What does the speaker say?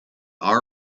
our